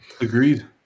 Agreed